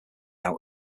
out